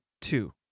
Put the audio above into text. two